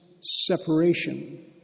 Separation